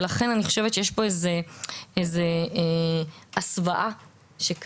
ולכן אני חושבת שיש פה איזו הסוואה שקיימת,